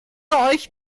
euch